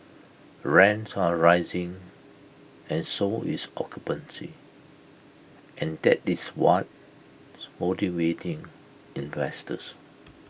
rents are rising and so is occupancy and that is what's motivating investors